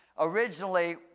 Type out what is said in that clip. Originally